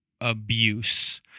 abuse